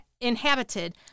inhabited